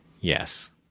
yes